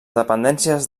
dependències